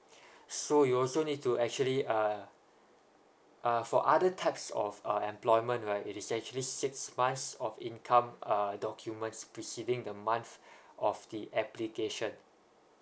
so you also need to actually uh uh for other types of uh employment right it is actually six months of income uh documents preceding the month of the application